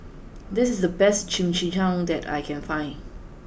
this is the best Chimichangas that I can find